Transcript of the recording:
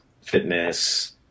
fitness